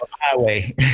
highway